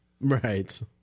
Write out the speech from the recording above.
Right